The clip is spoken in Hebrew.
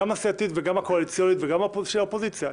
גם הסיעתית וגם הקואליציונית וגם של האופוזיציה,